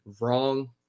wrong